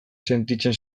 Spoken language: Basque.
sentitzen